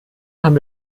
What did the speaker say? haben